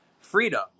freedom